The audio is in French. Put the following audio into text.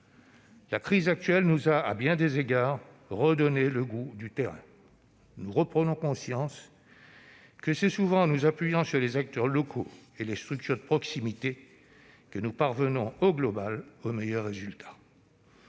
La crise actuelle nous a, à bien des égards, redonné le goût du terrain. Nous reprenons conscience que c'est en nous appuyant sur les acteurs locaux et les structures de proximité que nous parvenons globalement aux meilleurs résultats.